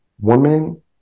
woman